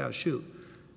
i should